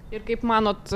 ir kaip manot